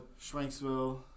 Schwanksville